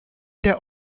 der